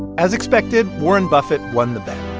as expected, warren buffett won the bet.